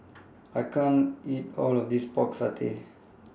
I can't eat All of This Pork Satay